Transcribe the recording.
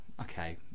okay